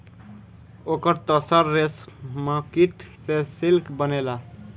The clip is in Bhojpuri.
ओकर तसर रेशमकीट से सिल्क बनेला